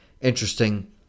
Interesting